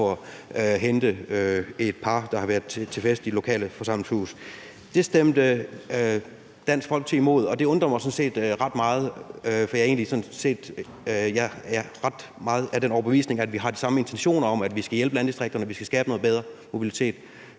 på at hente et par, der har været til fest i det lokale forsamlingshus. Det stemte Dansk Folkeparti imod, og det undrer mig sådan set ret meget, for jeg er egentlig ret meget af den overbevisning, at vi har de samme intentioner om, at vi skal hjælpe landdistrikterne, at vi skal skabe noget bedre mobilitet.